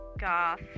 goth